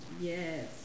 Yes